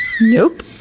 Nope